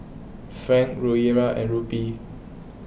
Franc Rufiyaa and Rupee